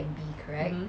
mmhmm